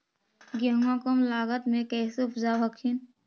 गेहुमा कम लागत मे कैसे उपजाब हखिन?